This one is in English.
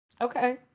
Okay